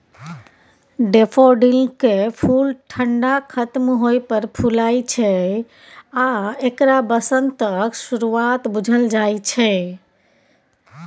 डेफोडिलकेँ फुल ठंढा खत्म होइ पर फुलाय छै आ एकरा बसंतक शुरुआत बुझल जाइ छै